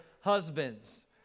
husbands